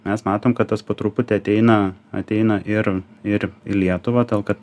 mes matom kad tas po truputį ateina ateina ir ir į lietuvą tol kad